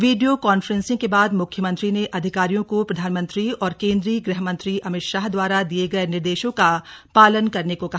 video conferencing के बाद मुख्यमंत्री ने अधिकारियों को प्रधानमंत्री और केंद्रीय गृह मंत्री अमित शाह द्वारा दिये गए निर्देशों का पालन करने को कहा